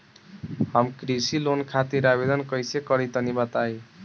हम कृषि लोन खातिर आवेदन कइसे करि तनि बताई?